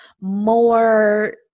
more